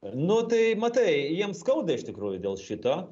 nu tai matai jiem skauda iš tikrųjų dėl šito